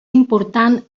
important